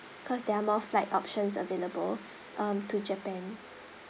cause they are more flight options available um to japan